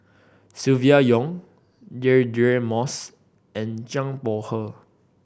Silvia Yong Deirdre Moss and Zhang Bohe